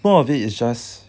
more of it is just